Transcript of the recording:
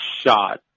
shot